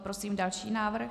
Prosím další návrh.